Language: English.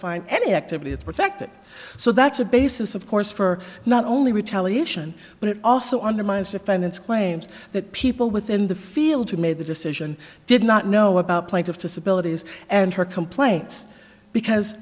find any activity that protected so that's a basis of course for not only retaliation but it also undermines defendants claims that people within the field who made the decision did not know about plaintiff disability and her complaints because